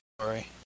Sorry